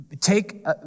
take